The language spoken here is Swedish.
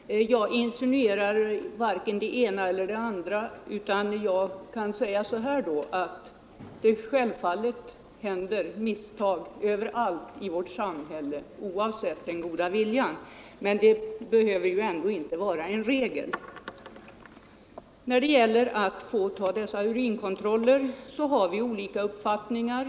Herr talman! Jag insinuerar varken det ena eller det andra, utan jag kan säga så här då: Självfallet görs misstag överallt i vårt samhälle, oavsett den goda viljan, men de behöver ändå inte vara regel. När det gäller de föreslagna urinkontrollerna har vi olika uppfattningar.